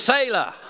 Sailor